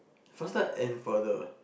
faster and further